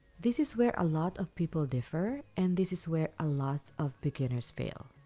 this is where a lot of people differ, and this is where a lot of beginners fail.